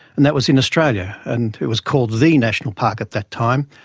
and that was in australia, and it was called the national park at that time,